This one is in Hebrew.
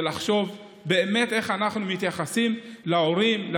לחשוב באמת איך אנחנו מתייחסים להורים,